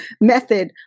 method